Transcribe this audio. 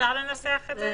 אפשר לנסח את זה?